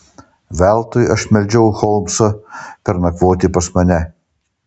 veltui aš meldžiau holmsą pernakvoti pas mane